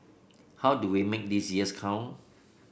how do we make these years count